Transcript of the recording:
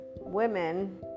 women